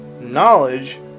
Knowledge